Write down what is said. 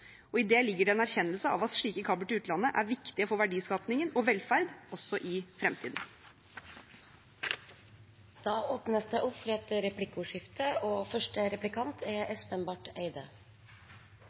I det ligger det en erkjennelse av at slike kabler til utlandet er viktig for verdiskaping og velferd også i fremtiden. Det